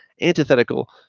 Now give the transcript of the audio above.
antithetical